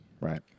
Right